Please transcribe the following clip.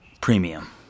premium